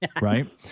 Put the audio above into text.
Right